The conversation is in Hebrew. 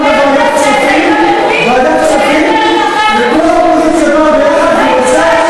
היית מבין שאין דרך אחרת להגיש,